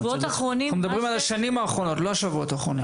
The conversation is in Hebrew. אנחנו מדברים על השנים האחרונות; לא על השבועות האחרונים.